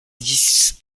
dix